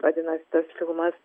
vadinasi tas filmas